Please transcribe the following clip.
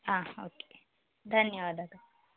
ಹಾಂ ಓಕೆ ಧನ್ಯವಾದ